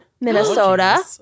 Minnesota